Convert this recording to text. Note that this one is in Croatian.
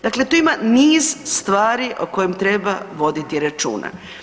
Dakle, tu ima niz stvari o kojim treba voditi računa.